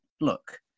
look